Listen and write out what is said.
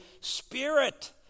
Spirit